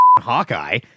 Hawkeye